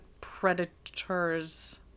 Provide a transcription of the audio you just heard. predators